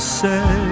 say